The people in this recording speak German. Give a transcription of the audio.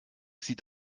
sieht